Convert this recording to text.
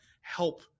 help